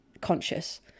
conscious